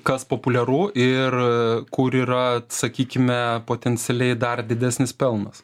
kas populiaru ir kur yra sakykime potencialiai dar didesnis pelnas